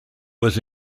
was